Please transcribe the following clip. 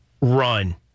run